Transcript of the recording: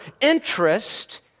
interest